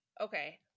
Okay